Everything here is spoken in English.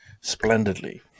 splendidly